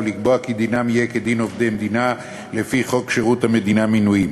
ולקבוע כי דינם יהיה כדין עובדי המדינה לפי חוק שירות המדינה (מינויים),